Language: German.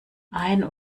ein